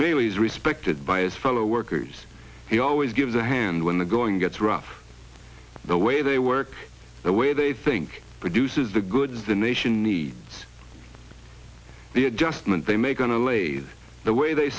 ways respected by as fellow workers he always gives a hand when the going gets rough the way they work the way they think produces the goods the nation needs the adjustment they make going to lave the way they